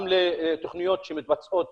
גם לתוכניות שמתבצעות